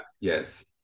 yes